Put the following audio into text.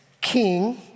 King